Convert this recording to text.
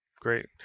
Great